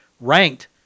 ranked